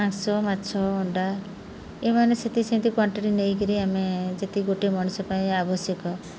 ମାଂସ ମାଛ ଅଣ୍ଡା ଏମାନେ ସେତିକି ସେମିତି କ୍ଵାଣ୍ଟିଟି ନେଇକିରି ଆମେ ଯେତିକି ଗୋଟେ ମଣିଷ ପାଇଁ ଆବଶ୍ୟକ